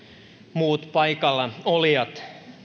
muut paikallaolijat